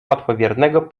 łatwowiernego